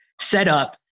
setup